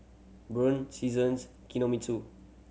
Braun Seasons Kinohimitsu